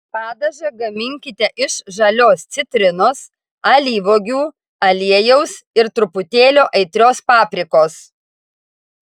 padažą gaminkite iš žalios citrinos alyvuogių aliejaus ir truputėlio aitrios paprikos